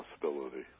possibility